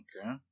Okay